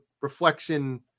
reflection